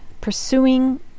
pursuing